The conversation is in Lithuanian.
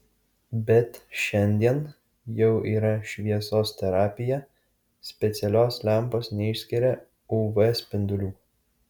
bet šiandien jau yra šviesos terapija specialios lempos neišskiria uv spindulių